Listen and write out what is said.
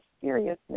seriousness